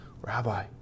rabbi